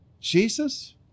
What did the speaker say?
Jesus